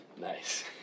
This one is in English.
Nice